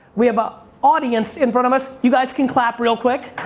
we have a audience in front of us. you guys can clap real quick.